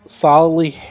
solidly